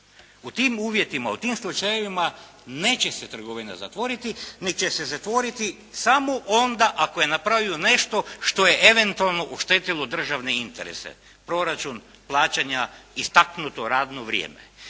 U tim uvjetima, u tim slučajevima neće se trgovina zatvoriti, nego će se zatvoriti samo onda ako je napravio nešto što je eventualno oštetilo državne interese – proračun, plaćanja, istaknuto radno vrijeme.